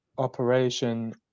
Operation